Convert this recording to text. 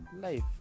life